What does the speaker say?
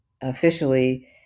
officially